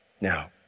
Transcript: Now